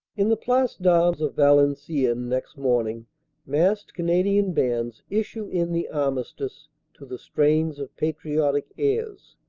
in the place d armes of valenciennes next morning massed canadian bands issue in the armistice to the strains of patriotic airs.